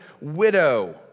widow